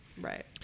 Right